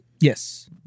Yes